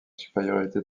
supériorité